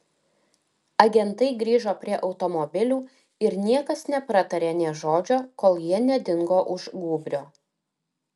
agentai grįžo prie automobilių ir niekas nepratarė nė žodžio kol jie nedingo už gūbrio